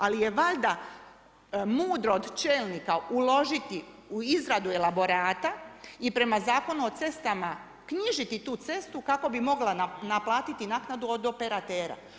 Ali je valjda mudro od čelnika uložiti u izradu elaborata i prema Zakonu o cestama knjižiti tu cestu kako bi mogla naplatiti naknadu od operatera.